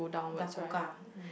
Dakota ya